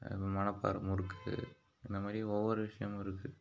மணப்பாறை முறுக்கு இந்த மாதிரி ஒவ்வொரு விஷயமும் இருக்கு